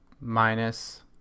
minus